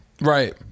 Right